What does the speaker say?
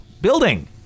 building